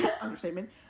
understatement